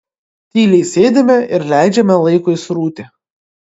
tyliai sėdime ir leidžiame laikui srūti